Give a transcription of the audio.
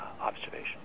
observation